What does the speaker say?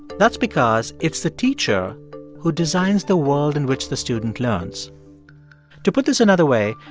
that's because it's the teacher who designs the world in which the student learns to put this another way,